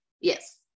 Yes